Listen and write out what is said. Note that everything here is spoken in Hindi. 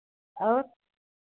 और